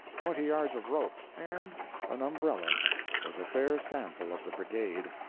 twenty yards of rope, and an umbrella was a fair sample of the brigade.